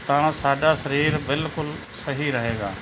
ਤਾਂ ਸਾਡਾ ਸਰੀਰ ਬਿਲਕੁਲ ਸਹੀ ਰਹੇਗਾ